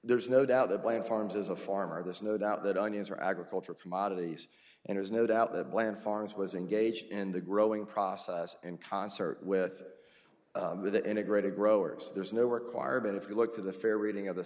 there's no doubt that blame farms is a farmer there's no doubt that onions are agricultural commodities and there's no doubt that land farms was engaged in the growing process in concert with the integrated growers there's no requirement if you look to the fair reading of the